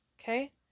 Okay